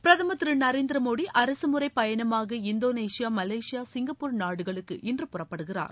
பிரதமா் திரு நரேந்திரமோடி அரசுமுறை பயணமாக இந்தோனேஷியா மலேசியா சிங்கப்பூர் நாடுகளுக்கு இன்றுபுறப்படுகிறார்